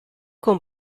con